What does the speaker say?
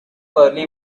early